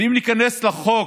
ואם ניכנס לחוק